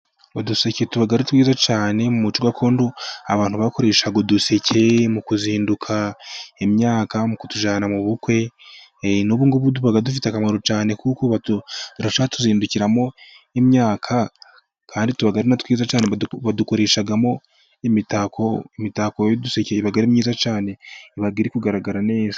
Uduseke tuba ari twiza cyane, mu muco gakondo abantu bakoreshaga uduseke mu kuzindukana imyaka mu kutujyana mu bukwe, n'ubu ngubu tuba dufite akamaro cyane kuko baracyatuzindukanamo imyaka, Kandi tuba ari twiza cyane badukoreshamo imitako, imitako y'uduseke iba ari myiza cyane iba iri kugaragara neza.